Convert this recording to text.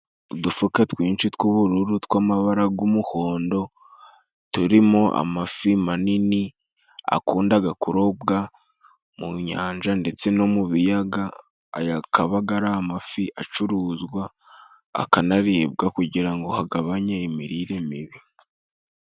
Udufuka twinshi tw'ubururu tw'amabara g'umuhondo turimo amafi manini. Akundaga kurobwa mu nyanja ndetse no mu biyaga aya akabaga ari amafi acuruzwa, akanaribwa kugira ngo hagabanye imirire mibi.